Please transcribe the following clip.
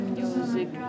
music